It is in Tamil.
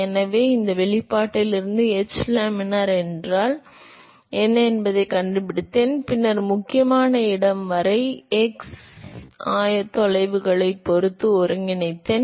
எனவே இந்த வெளிப்பாட்டிலிருந்து எச் லேமினார் என்றால் என்ன என்பதைக் கண்டுபிடித்தேன் பின்னர் முக்கியமான இடம் வரை x ஆயத்தொலைவுகளைப் பொறுத்து ஒருங்கிணைக்கிறேன்